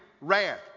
wrath